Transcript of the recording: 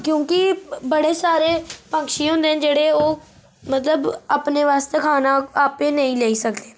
क्योंकि बड़े सारे पक्षी हुंदे जेह्ड़े ओह् मतलब अपने आस्ते खाना अपने नेई लेई सकदे न